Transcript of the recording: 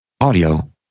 audio